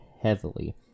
heavily